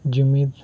ᱡᱩᱢᱤᱫ